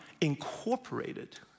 incorporated